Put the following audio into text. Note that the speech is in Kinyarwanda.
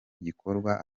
gikorwa